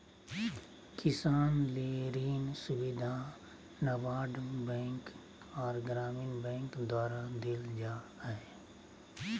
किसान ले ऋण सुविधा नाबार्ड बैंक आर ग्रामीण बैंक द्वारा देल जा हय